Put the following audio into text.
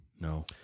No